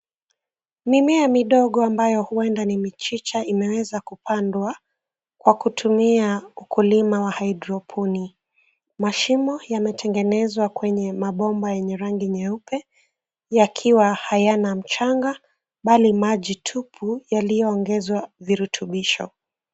Mimea midogo ambayo huenda ni michicha imeweza kupandwa Kwa kutumia ukulima wa hydroponic .Mashimo yametengenezwa kwenye mabomba yenye rangi nyeupe, yakiwa hayana mchanga mbali maji tupu yaliyoongezwa virutubisho.